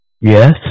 Yes